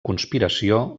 conspiració